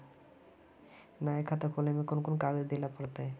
नया खाता खोले में कौन कौन कागज देल पड़ते?